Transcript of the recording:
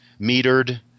metered